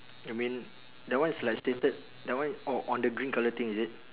you mean that one is like stated that one oh on the green colour thing is it